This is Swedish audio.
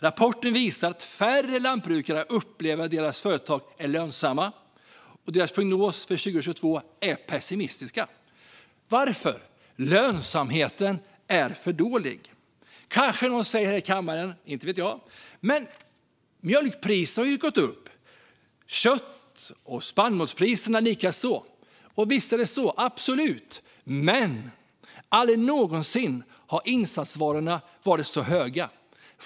Rapporten visar att färre lantbrukare upplever att deras företag är lönsamma, och deras prognoser för 2022 är pessimistiska. Varför? Lönsamheten är för dålig. Kanske säger någon här i kammaren - inte vet jag: "Men mjölkpriserna har ju gått upp, kött och spannmålspriserna likaså." Visst är det så, absolut. Men aldrig någonsin har priserna för insatsvarorna varit så höga.